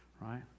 right